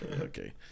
okay